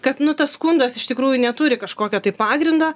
kad nu tas skundas iš tikrųjų neturi kažkokio tai pagrindo